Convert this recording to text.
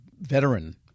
veteran